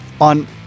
on